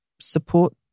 support